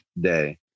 day